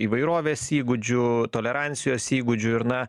įvairovės įgūdžių tolerancijos įgūdžių ir na